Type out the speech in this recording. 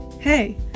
Hey